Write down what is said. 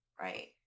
right